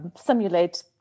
simulate